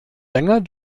länger